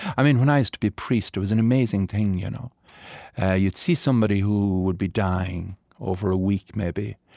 i mean when i used to be a priest, it was an amazing thing you know you'd see somebody who would be dying over a week, maybe,